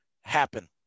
happen